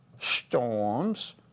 storms